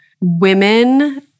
women